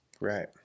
Right